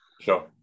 sure